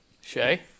Shay